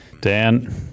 Dan